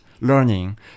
learning